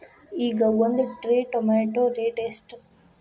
ಈಗ ಒಂದ್ tray tomato rate ಎಷ್ಟ?